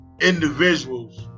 individuals